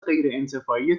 غیرانتفاعی